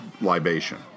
libation